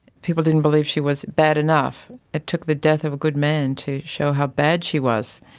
people didn't believe she was bad enough. it took the death of a good man to show how bad she was.